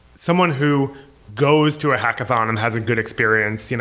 someone who goes to a hackathon and has a good experience, you know